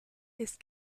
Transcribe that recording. ist